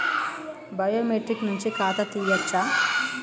Biometric నుంచి ఖాతా తీయచ్చా?